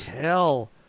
hell